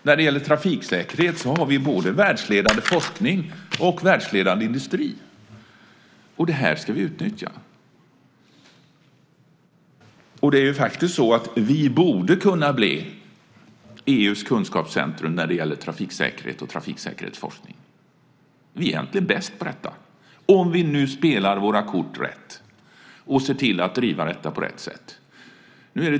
När det gäller trafiksäkerhet har vi både världsledande forskning och världsledande industri. Det här ska vi utnyttja. Det är faktiskt så att vi borde kunna bli EU:s kunskapscentrum när det gäller trafiksäkerhet och trafiksäkerhetsforskning. Vi är egentligen bäst på detta - om vi nu spelar våra kort rätt och ser till att driva detta på rätt sätt.